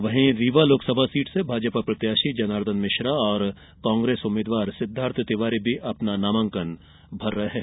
वहीं रीवा लोकसभा सीट से भाजपा प्रत्याशी जर्नादन मिश्रा और कांग्रेस उम्मीद्वार सिद्वार्थ तिवारी भी अपना नामांकन भर रहे हैं